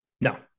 No